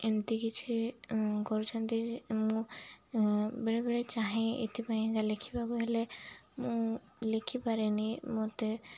ଏମିତି କିଛି କରୁଛନ୍ତି ଯେ ମୁଁ ବେଳେବେଳେ ଚାହେଁ ଏଥିପାଇଁକା ଲେଖିବାକୁ ହେଲେ ମୁଁ ଲେଖିପାରେନି ମୋତେ